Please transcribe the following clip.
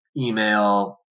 email